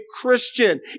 Christian